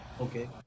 Okay